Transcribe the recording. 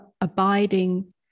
abiding